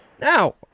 Now